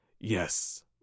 Yes